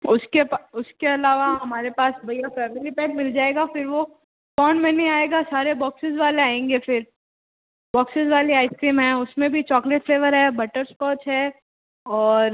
उसके उसके अलावा हमारे पास भैया फैमिली पैक मिल जाएगा फिर वो कोन में नहीं आएगी सारे बॉक्सेस वाले आएंगे फिर बॉक्सेस वाले आइसक्रीम हैं उसमें भी चॉकलेट फ्लेवर है बटरस्कॉच और